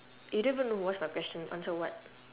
you don't even know what's my question answer what